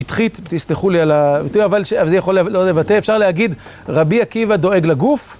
תסלחו לי על ה... אבל זה יכול לא לבטא, אפשר להגיד, רבי עקיבא דואג לגוף.